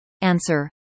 Answer